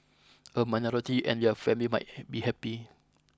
a minority and their family might be happy